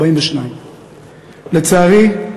42. לצערי,